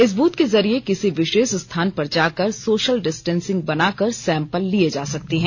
इस बूथ के जरिये किसी विशेष स्थान पर जाकर सोशल डिस्टेसिंग बनाकर सैंपल लिए जा सकते हैं